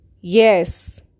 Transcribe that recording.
Yes